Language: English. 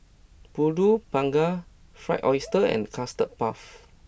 Pulut Panggang Fried Oyster and Custard Puff